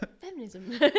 Feminism